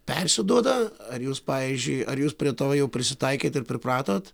persiduoda ar jūs pavyzdžiui ar jūs prie to jau prisitaikėt ir pripratot